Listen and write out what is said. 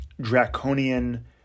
draconian